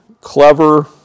clever